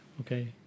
okay